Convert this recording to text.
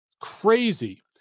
Crazy